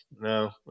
no